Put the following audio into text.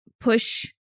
push